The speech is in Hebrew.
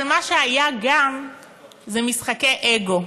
אבל מה שעוד היה זה משחקי אגו.